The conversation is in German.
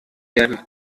werden